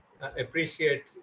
appreciate